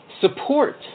Support